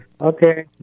Okay